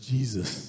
Jesus